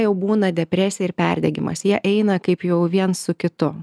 jau būna depresija ir perdegimas jie eina kaip jau viens su kitu